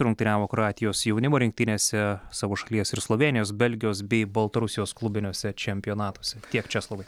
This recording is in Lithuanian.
rungtyniavo kroatijos jaunimo rinktinėse savo šalies ir slovėnijos belgijos bei baltarusijos klubiniuose čempionatuose tiek česlovai